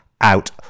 out